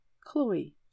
Chloe